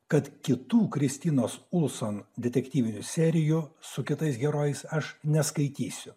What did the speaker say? kad kitų kristinos ulson detektyvinių serijų su kitais herojais aš neskaitysiu